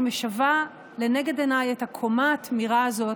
אני משווה לנגד עיניי את הקומה התמירה הזאת,